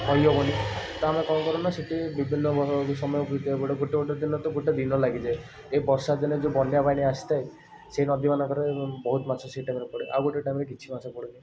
କହି ହେବନି ତ ଆମେ କ'ଣ କରୁନା ସେଇଠି ବିଭିନ୍ନ ସମୟ ଗୋଟେ ଗୋଟେ ଦିନ ତ ଗୋଟେ ଦିନ ଲାଗିଯାଏ ଏ ବର୍ଷା ଦିନେ ଯେଉଁ ବନ୍ୟାପାଣି ଆସିଥାଏ ସେ ନଦୀମାନଙ୍କରେ ବହୁତ ମାଛ ସେ ଟାଇମରେ ପଡ଼େ ଆଉ ଗୋଟେ ଟାଇମରେ କିଛି ମାଛ ପଡ଼େନି